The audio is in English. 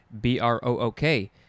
B-R-O-O-K